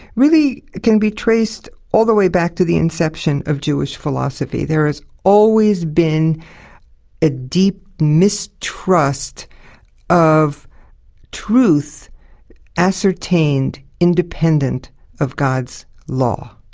really can be traced all the way back to the inception of jewish philosophy. there has always been a deep mistrust of truth ascertained independent of god's law.